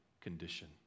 condition